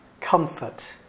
comfort